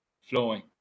flowing